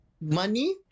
money